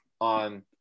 on